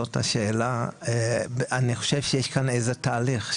אני חושב שיש כאן איזה תהליך.